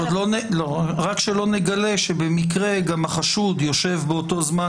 רק שלא נגלה שבמקרה גם החשוד יושב באותו זמן